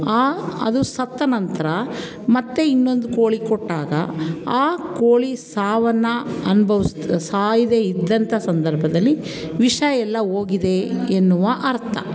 ಆ ಅದು ಸತ್ತ ನಂತರ ಮತ್ತೆ ಇನ್ನೊಂದು ಕೋಳಿ ಕೊಟ್ಟಾಗ ಆ ಕೋಳಿ ಸಾವನ್ನು ಅನ್ಭವ್ಸಿ ಸಾಯದೇ ಇದ್ದಂಥ ಸಂದರ್ಭದಲ್ಲಿ ವಿಷ ಎಲ್ಲ ಹೋಗಿದೆ ಎನ್ನುವ ಅರ್ಥ